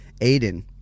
Aiden